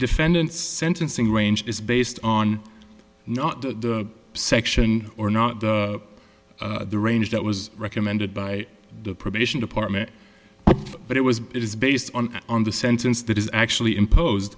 defendant's sentencing range is based on not the section or not the range that was recommended by the probation department but it was it is based on on the sentence that is actually impose